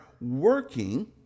working